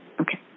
Okay